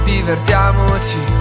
Divertiamoci